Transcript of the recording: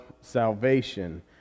salvation